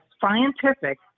scientific